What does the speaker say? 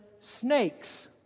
snakes